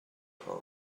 poem